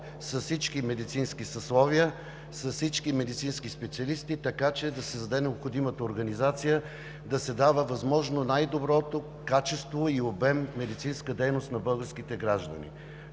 с всички медицински съсловия, с всички медицински специалисти, така че да се създаде необходимата организация, да се дава възможно най-доброто качество и обем медицинска дейност на българските граждани.